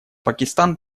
пакистан